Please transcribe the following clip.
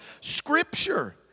Scripture